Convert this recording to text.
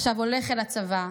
עכשיו הולך אל הצבא.